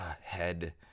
head